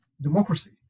democracy